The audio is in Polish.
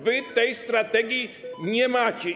Wy tej strategii nie macie.